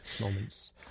moments